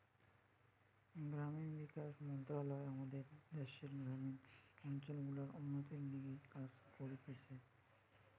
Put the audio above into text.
গ্রামীণ বিকাশ মন্ত্রণালয় আমাদের দ্যাশের গ্রামীণ অঞ্চল গুলার উন্নতির লিগে কাজ করতিছে